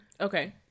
Okay